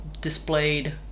displayed